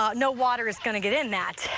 no water is going to get in that.